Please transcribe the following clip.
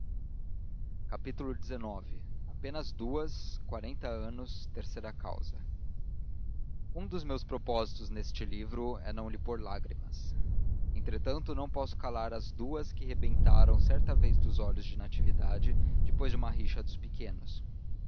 inteira xix apenas duas quarenta anos terceira causa um dos meus propósitos neste livro é não lhe pôr lágrimas entretanto não posso calar as duas que rebentaram certa vez dos olhos de natividade depois de uma rixa dos pequenos